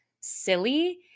silly